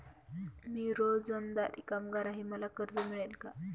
मी रोजंदारी कामगार आहे मला कर्ज मिळेल का?